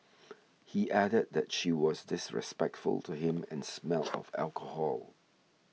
he added that she was disrespectful to him and smelled of alcohol